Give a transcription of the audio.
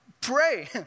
pray